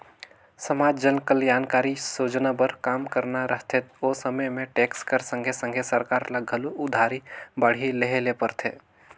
समाज जनकलयानकारी सोजना बर काम करना रहथे ओ समे में टेक्स कर संघे संघे सरकार ल घलो उधारी बाड़ही लेहे ले परथे